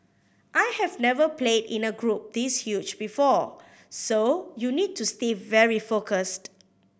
I have never played in a group this huge before so you need to stay very focused